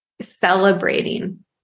celebrating